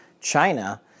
China